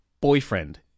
boyfriend